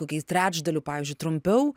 kokiais trečdaliu pavyzdžiui trumpiau